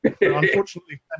Unfortunately